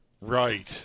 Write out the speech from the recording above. Right